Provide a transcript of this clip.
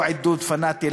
לא עידוד פנאטי,